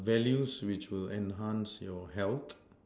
values which will enhance your help